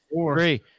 Three